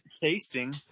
tasting